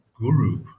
guru